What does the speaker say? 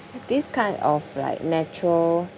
this kind of like natural